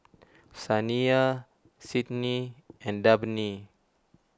Saniyah Sydni and Dabney